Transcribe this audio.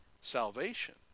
salvation